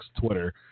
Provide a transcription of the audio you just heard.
Twitter